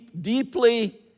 deeply